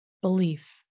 belief